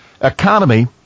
economy